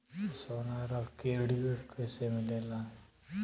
सोना रख के ऋण कैसे मिलेला?